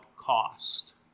cost